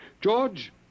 George